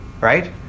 Right